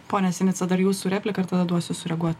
pone sinica dar jūsų replika ir tada duosiu sureaguot